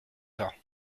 forts